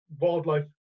wildlife